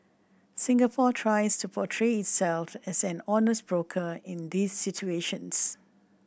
Singapore tries to portray itself as an honest broker in these situations